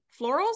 florals